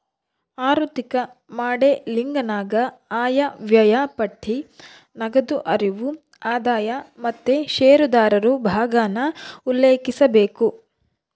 ಆಋಥಿಕ ಮಾಡೆಲಿಂಗನಾಗ ಆಯವ್ಯಯ ಪಟ್ಟಿ, ನಗದು ಹರಿವು, ಆದಾಯ ಮತ್ತೆ ಷೇರುದಾರರು ಭಾಗಾನ ಉಲ್ಲೇಖಿಸಬೇಕು